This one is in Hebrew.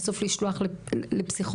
בסוף לשלוח לפסיכולוג,